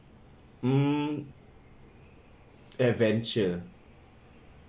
mm adventure